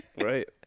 Right